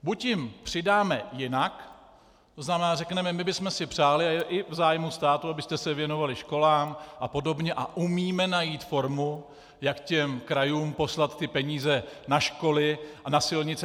Buď jim přidáme jinak, to znamená řekneme: My bychom si přáli a je i v zájmu státu, abyste se věnovali školám a podobně, a umíme najít formu, jak těm krajům poslat peníze na školy a na silnice.